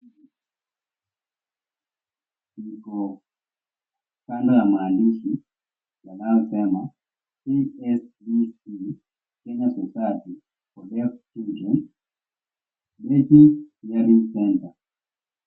Iko kanda ya maandishi yanayosema, ESBC Kenya Society for Left Children Living Caring Centre.